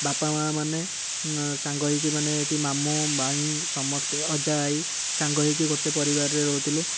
ବାପା ମାଆ ମାନେ ସାଙ୍ଗ ହୋଇକି ମାନେ ମାମୁଁ ମାଇଁ ସମସ୍ତେ ଅଜା ଆଈ ସାଙ୍ଗ ହୋଇକି ଗୋଟେ ପରିବାରରେ ରହୁଥିଲୁ